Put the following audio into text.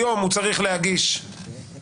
היום הוא צריך להגיש לאפוטרופוס,